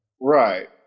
Right